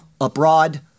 abroad